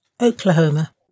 Oklahoma